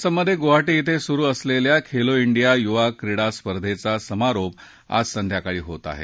असममधे गुवाहाटी धिं सुरु असलेल्या खेलो धिंडिया युवा क्रीडा स्पर्धेचा समारोप आज संध्याकाळी होत आहे